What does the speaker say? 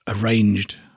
arranged